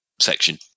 section